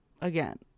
again